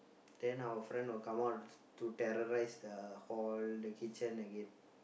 then our friend will come out to terrorise the hall the kitchen again